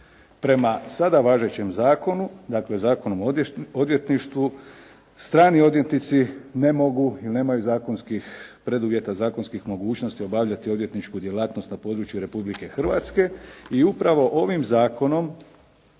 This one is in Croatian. Prema sada važećem zakonu, dakle Zakonom o odvjetništvu strani odvjetnici ne mogu ili nemaju zakonskih preduvjeta, zakonskih mogućnosti obavljati odvjetničku djelatnost na području Republike Hrvatske i upravo ovim zakonom